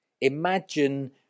Imagine